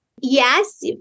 Yes